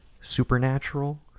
supernatural